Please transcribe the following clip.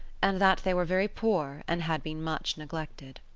and that they were very poor and had been much neglected.